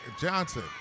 Johnson